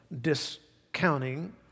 discounting